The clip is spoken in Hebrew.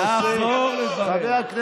ישרת דרך,